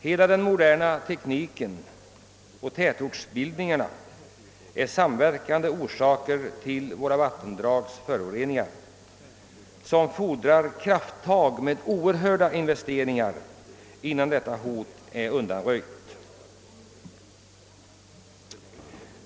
Hela den moderna tekniken och tätortsbildningarna är samverkande orsaker till föroreningarna av våra vattendrag. Det fordras krafttag med mycket stora investeringar, innan hotet på grund av dessa föroreningar är undanröjt.